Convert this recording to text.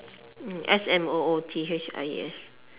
mm S M O O T H I E S